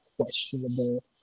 questionable